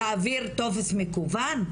להעביר טופס מקוון?